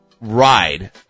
ride